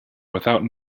without